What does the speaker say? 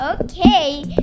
okay